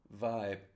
vibe